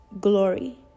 glory